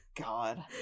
god